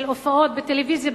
של הופעות בטלוויזיה,